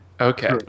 Okay